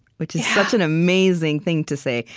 which is such an amazing thing to say.